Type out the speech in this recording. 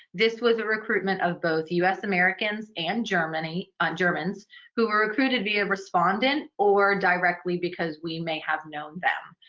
this was a recruitment of both us americans and germany germans who were recruited via respondent or directly because we may have known them.